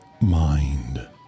mind